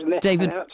David